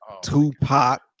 Tupac